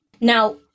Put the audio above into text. Now